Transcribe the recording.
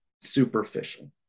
superficial